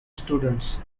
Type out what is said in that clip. students